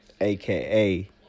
aka